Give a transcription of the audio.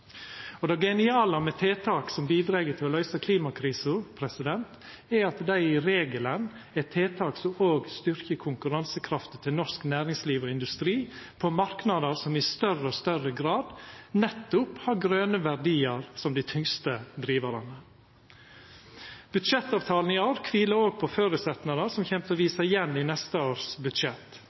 Det geniale med tiltak som bidreg til å løysa klimakrisa, er at dei i regelen er tiltak som òg styrkjer konkurransekrafta til norsk næringsliv og industri på marknader som i større og større grad nettopp har grøne verdiar som dei tyngste drivarane. Budsjettavtalen i år kviler òg på føresetnader som kjem til å visast igjen i neste års budsjett.